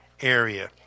area